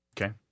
Okay